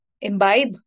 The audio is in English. imbibe